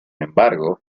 embargo